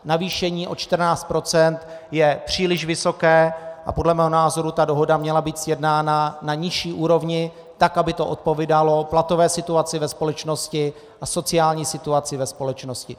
Navýšení o 14 % je příliš vysoké a podle mého názoru dohoda měla být sjednána na nižší úrovni, aby to odpovídalo platové situaci ve společnosti a sociální situaci ve společnosti.